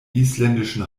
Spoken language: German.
isländischen